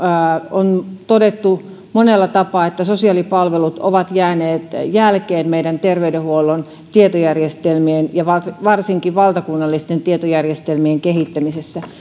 on todettu monella tapaa että sosiaalipalvelut ovat jääneet jälkeen meidän terveydenhuollon tietojärjestelmien ja varsinkin valtakunnallisten tietojärjestelmien kehittämisessä